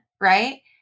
right